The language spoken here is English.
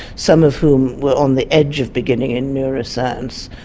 some of whom were on the edge of beginning in neuroscience.